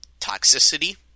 toxicity